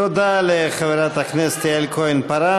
תודה לחברת הכנסת יעל כהן-פארן.